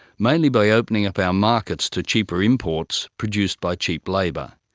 mainly by opening up our markets to cheaper imports produced by cheap labour.